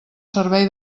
servei